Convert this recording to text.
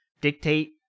dictate